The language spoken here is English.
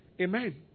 Amen